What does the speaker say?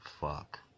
Fuck